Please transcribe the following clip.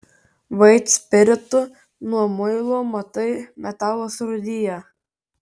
vaitspiritu nuo muilo matai metalas rūdija